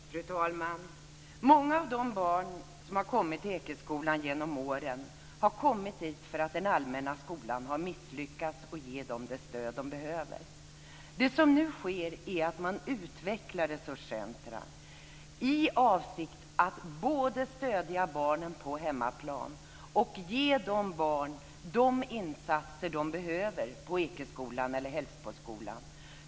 Fru talman! Många av de barn som har kommit till Ekeskolan genom åren har kommit dit för att den allmänna skolan har misslyckats med att ge dem det stöd de behöver. Det som nu sker är att man utvecklar resurscentrumen i avsikt att både stödja barnen på hemmaplan och ge dem de insatser de behöver på Ekeskolan eller Hällsboskolan.